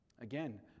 Again